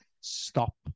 stop